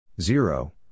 Zero